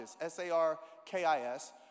S-A-R-K-I-S